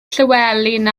llywelyn